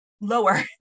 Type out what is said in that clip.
lower